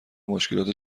مشکلات